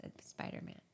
spider-man